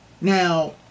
Now